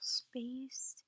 space